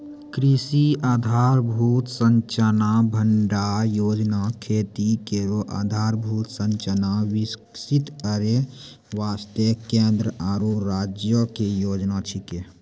कृषि आधारभूत संरचना फंड योजना खेती केरो आधारभूत संरचना विकसित करै वास्ते केंद्र आरु राज्यो क योजना छिकै